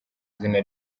zina